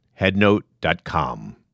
headnote.com